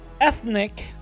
ethnic